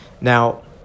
Now